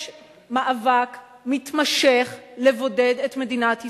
יש מאבק מתמשך לבודד את מדינת ישראל,